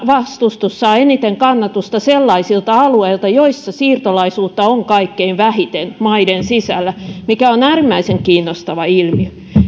vastustus saa eniten kannatusta sellaisilta alueilta joissa siirtolaisuutta on kaikkein vähiten maiden sisällä mikä on äärimmäisen kiinnostava ilmiö